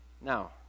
Now